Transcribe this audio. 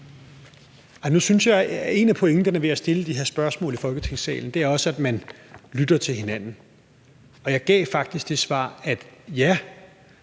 Nu synes jeg, at en af pointerne ved at stille de her spørgsmål i Folketingssalen, er, at man også lytter til hinanden, og jeg gav faktisk det svar, at ja,